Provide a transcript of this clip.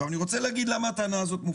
אני רוצה לומר למה היא מופרכת.